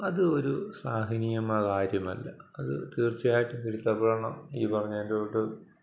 അത് ഒരു ശ്ളാഘനീയമായ കാര്യമല്ല അത് തീർച്ചയായിട്ടും തിരുത്തപ്പെടണം ഈ പറഞ്ഞതിന്റെകൂട്ട്